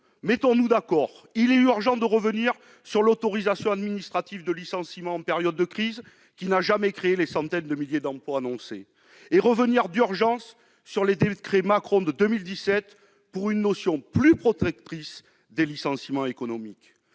mettons-nous d'accord : il est urgent de revenir sur l'autorisation administrative de licenciement en période de crise, mesure qui n'a jamais créé les centaines de milliers d'emplois annoncés. Il est aussi urgent de revenir sur les décrets Macron de 2017 pour aboutir à une conception plus protectrice des licenciements économiques.